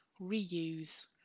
reuse